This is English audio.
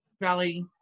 valley